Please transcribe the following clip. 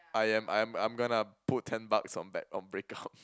I am I'm I'm gonna put ten bucks on bad on break up